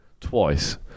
twice